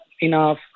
enough